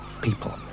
people